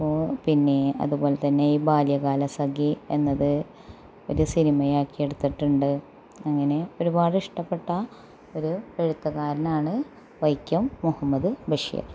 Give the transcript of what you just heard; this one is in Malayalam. അപ്പോൾ പിന്നേ അതുപോലെതന്നെ ഈ ബാല്യകാലസഖി എന്നത് ഒരു സിനിമയാക്കി എടുത്തിട്ടുണ്ട് അങ്ങനെ ഒരുപാട് ഇഷ്ടപ്പെട്ട ഒരു എഴുത്തുകാരനാണ് വൈക്കം മുഹമ്മദ് ബഷീര്